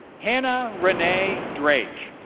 hannah renee drake.